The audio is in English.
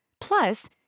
Plus